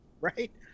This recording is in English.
right